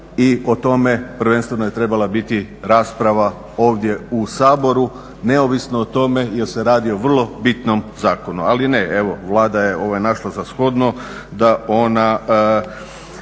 i o tome prvenstveno je trebala biti rasprava ovdje u Saboru neovisno o tome jer se radi o vrlo bitnom zakonu. Ali ne, evo Vlada je našla za shodno da ona